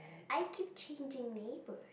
I keep changing neighbour